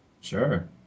Sure